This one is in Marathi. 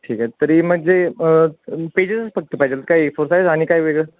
ठीक आहे तरी म्हणजे पेजेसच फक्त पाहिजेल काय ए फोर साईज आणि काय वेगळं